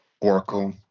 Oracle